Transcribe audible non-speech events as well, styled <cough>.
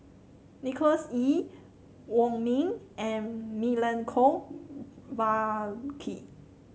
Nicholas Ee Wong Ming and Milenko <unintelligible>